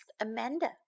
Amanda